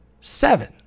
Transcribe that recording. seven